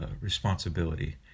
responsibility